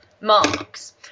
marks